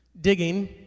digging